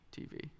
TV